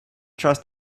trust